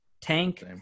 tank